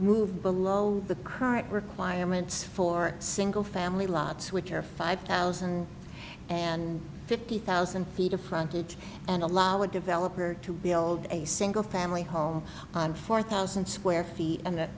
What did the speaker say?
to below the current requirements for single family lots which are five thousand and fifty thousand feet of frontage and allow a developer to build a single family home on four thousand square feet and